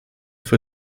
für